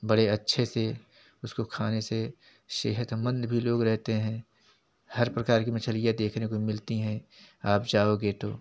बड़े अच्छे से उसको खाने से सेहतमंद भी लोग रहते हैं हर प्रकार की मछलियाँ देखने को मिलते हैं आप जाओगे तो